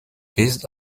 based